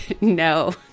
No